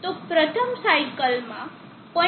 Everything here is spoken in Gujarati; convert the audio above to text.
તો પ્રથમ સાઇકલમાં 0